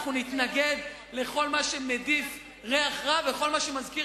אנחנו נתנגד לכל מה שמדיף ריח רע ולכל מה שמזכיר